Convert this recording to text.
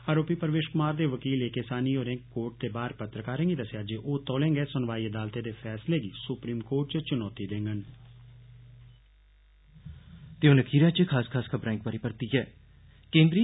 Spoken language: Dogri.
आरोपी परवेश कुमार दे वकील ए के साहनी होरें कोर्ट दे बाह्र पत्रकारें गी दस्सेया जे ओह् तौले गै सुनवाई अदालतै ते फैसले गी सुप्रम कोर्ट च चुनौति देंडन